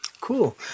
cool